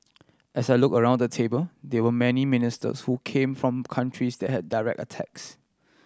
as I look around the table there were many ministers who came from countries that had direct attacks